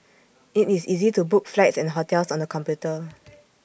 IT is easy to book flights and hotels on the computer